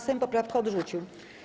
Sejm poprawkę odrzucił.